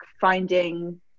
finding